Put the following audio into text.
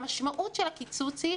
המשמעות של הקיצוץ היא,